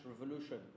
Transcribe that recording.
Revolution